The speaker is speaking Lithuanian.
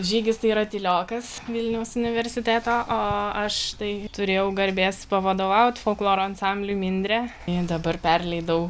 žygis tai yra tyliokas vilniaus universiteto o aš tai turėjau garbės pavadovauti folkloro ansambliui mindrė jį dabar perleidau